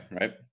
right